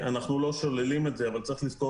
אנחנו לא שוללים את זה אבל צריך לזכור